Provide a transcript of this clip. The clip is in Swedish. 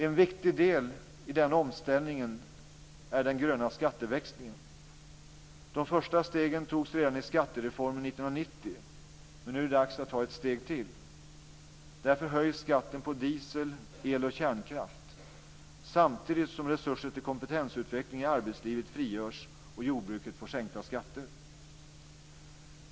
En viktig del i den omställningen är den gröna skatteväxlingen. De första stegen togs redan i skattereformen 1990 men nu är det dags att ta ett steg till. Därför höjs skatten på diesel, el och kärnkraft, samtidigt som resurser till kompetensutveckling i arbetslivet frigörs och jordbruket får sänkta skatter.